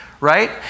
right